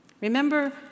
Remember